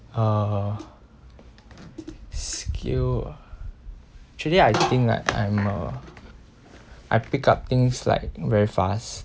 uh skill ah actually I think like I'm a I pick up things like very fast